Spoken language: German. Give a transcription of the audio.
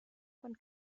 von